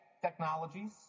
technologies